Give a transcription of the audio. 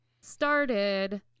started